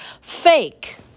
Fake